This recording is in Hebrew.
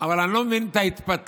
אבל אני לא מבין את ההתפתלות